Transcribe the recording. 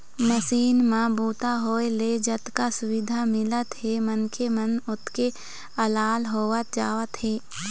machine म बूता होए ले जतका सुबिधा मिलत हे मनखे मन ओतके अलाल होवत जावत हे